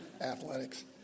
athletics